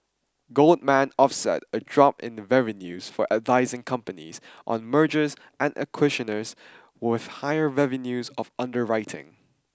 Goldman offset a drop in the revenues for advising companies on mergers and acquisitions with higher revenues of underwriting